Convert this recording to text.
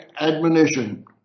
admonition